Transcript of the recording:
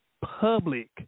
public –